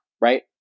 right